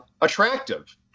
attractive